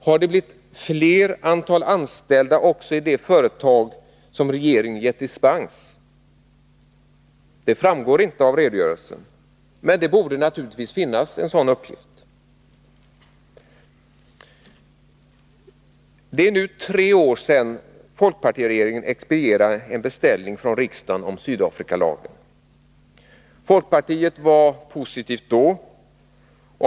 Har det blivit fler anställda också i det företag som regeringen gett dispens? Det framgår inte av redogörelsen, men det borde naturligtvis finnas en sådan uppgift. Det är nu tre år sedan folkpartiregeringen expedierade en beställning från riksdagen om Sydafrikalagen. Folkpartiet var positivt då.